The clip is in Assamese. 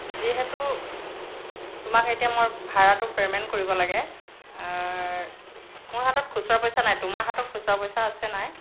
যিহেতু তোমাক এতিয়া মই ভাড়াটো পে'মেন্ট কৰিব লাগে মোৰ হাতত খুচুৰা পইচা নাই তোমাৰ হাতত খুচুৰা পইচা আছে নাই